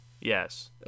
Yes